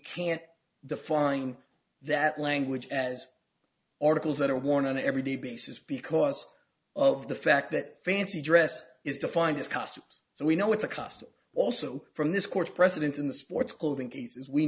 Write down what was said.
can't define that language as articles that are worn on an everyday basis because of the fact that fancy dress is defined as costumes so we know what the cost also from this court precedent in the sports